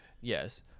yes